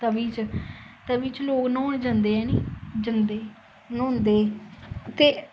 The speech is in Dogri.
तवी च तवी च लोक न्हौन जंदे हे नी जंदे न्हौंदे ते